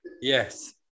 Yes